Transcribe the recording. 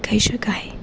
કહી શકાય